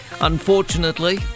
unfortunately